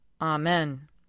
Amen